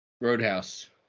Roadhouse